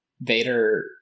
Vader